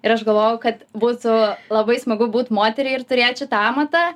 ir aš galvojau kad būtų labai smagu būt moteriai ir turėt šitą amatą